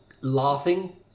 laughing